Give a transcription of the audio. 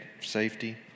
safety